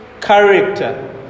character